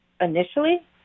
initially